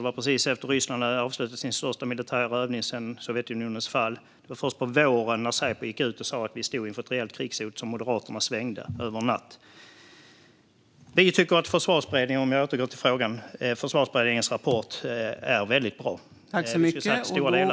Det var precis efter att Ryssland hade avslutat sin största militära övning sedan Sovjetunionens fall. Det var först på våren när Säpo gick ut och sa att vi stod inför ett reellt krigshot som Moderaterna svängde över en natt. Vi tycker att Försvarsberedningens rapport är väldigt bra.